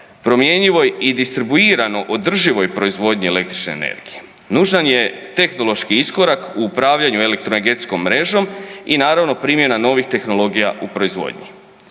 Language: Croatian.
promjenjivoj i distribuirano održivoj proizvodnji električne energije. Nužan je tehnološki iskorak u upravljanju elektroenergetskom mrežom i naravno primjena novih tehnologija u proizvodnji.